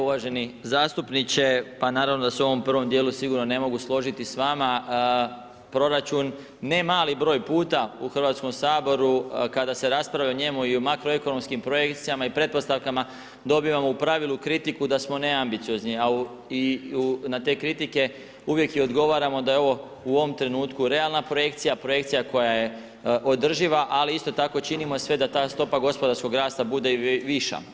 Uvaženi zastupniče, pa naravno da se u ovom prvom dijelu sigurno ne mogu složiti s vama, proračun ne mali broj puta u Hrvatskom saboru, kada se raspravlja o njemu i o makroekonomskim projekcijama i pretpostavkama dobivamo u pravilu kritiku da smo neambiciozni, a u i na te kritike uvijek i odgovaramo da je ovo u ovom trenutku realna projekcija, projekcija koja je održiva ali isto tako činimo sve da ta stopa gospodarskog rasta bude i viša.